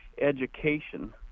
education